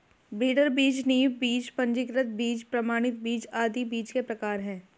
breeder बीज, नींव बीज, पंजीकृत बीज, प्रमाणित बीज आदि बीज के प्रकार है